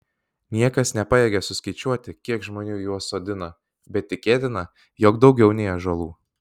niekas nepajėgė suskaičiuoti kiek žmonių juos sodino bet tikėtina jog daugiau nei ąžuolų